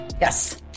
Yes